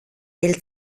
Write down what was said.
hil